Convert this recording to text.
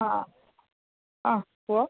ହଁ ହଁ କୁହ